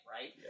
right